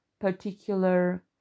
particular